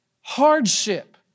hardship